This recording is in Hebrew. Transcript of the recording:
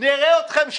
בתל אביב,